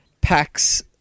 packs